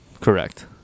Correct